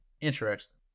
interesting